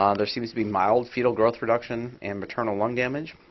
um there seems to be mild fetal growth reduction and maternal lung damage.